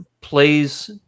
plays